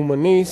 הומניסט,